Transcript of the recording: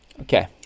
okay